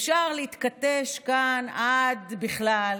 אפשר להתכתש כאן עד בכלל,